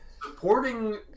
supporting